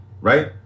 Right